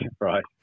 Right